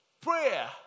Prayer